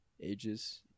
ages